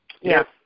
Yes